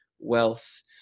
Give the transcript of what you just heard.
wealth